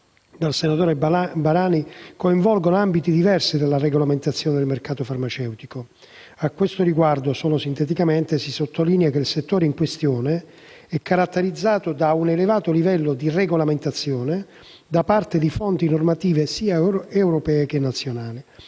dal senatore Barani coinvolgono ambiti diversi della regolamentazione del mercato farmaceutico. A tale riguardo, si sottolinea che il settore in questione è caratterizzato da un elevato livello di regolamentazione da parte di fonti normative sia europee che nazionali.